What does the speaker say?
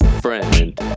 Friend